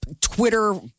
Twitter